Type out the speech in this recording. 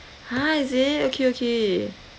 !huh! is it okay okay